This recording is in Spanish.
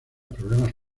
problemas